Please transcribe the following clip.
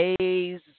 days